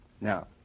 Now